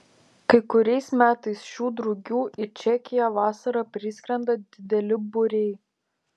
kai kuriais metais šių drugių į čekiją vasarą priskrenda dideli būriai